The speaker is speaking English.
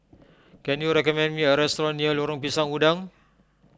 can you recommend me a restaurant near Lorong Pisang Udang